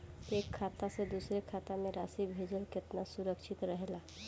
एक खाता से दूसर खाता में राशि भेजल केतना सुरक्षित रहेला?